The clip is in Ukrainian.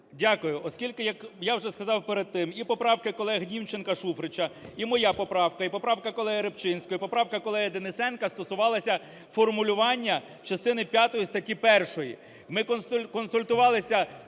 Дякую. Оскільки, як я вже сказав перед тим, і поправки колег Німченка, Шуфрича, і моя поправка, і поправка колеги Рибчинського, і поправка колеги Денисенка стосувалася формулювання частини п'ятої статті 1.